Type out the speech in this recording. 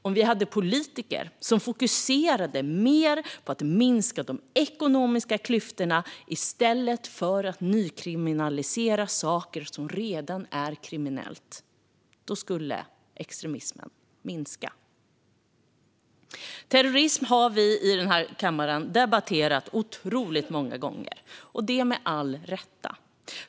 Om vi hade politiker som fokuserade mer på att minska de ekonomiska klyftorna i stället för att nykriminalisera sådant som redan är kriminellt skulle extremismen minska. Terrorism har vi i den här kammaren debatterat otroligt många gånger, och det med all rätta.